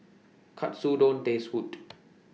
Katsudon Taste Good